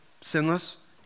sinless